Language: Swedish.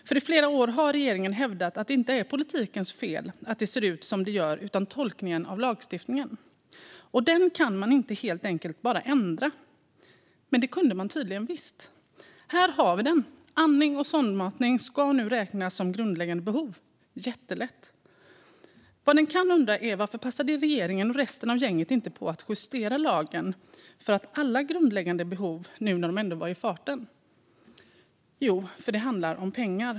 I flera år har regeringen hävdat att det inte är politikens fel att det ser ut som det gör utan att det handlar om tolkningen av lagstiftningen, och lagstiftningen kan man inte bara ändra. Men det kan man tydligen visst, och här har vi det: Andning och sondmatning ska nu räknas som grundläggande behov. Jättelätt. Vad en kan undra är varför regeringen och resten av gänget inte passade på att justera lagen för alla grundläggande behov nu när de ändå var i farten. Det handlar förstås om pengar.